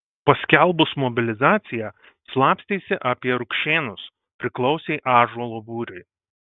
paskelbus mobilizaciją slapstėsi apie rukšėnus priklausė ąžuolo būriui